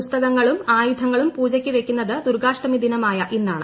പുസ്തകങ്ങളും ആയുധങ്ങളും പൂജയ്ക്കു വയ്ക്കുന്നതു ദുർഗ്ഗാഷ്ടമി ദിനമായ ഇന്നാണ്